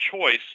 choice